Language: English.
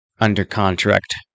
under-contract